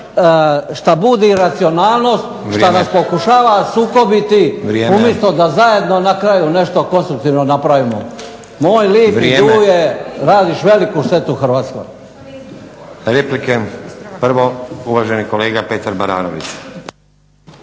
što budi iracionalnost, što nas pokušava sukobiti umjesto da zajedno na kraju nešto konstruktivno napravimo. Moj lipi Duje radiš veliku štetu Hrvatskoj. **Stazić, Nenad (SDP)** Replike. Prvo uvaženi kolega Petar Baranović.